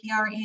PR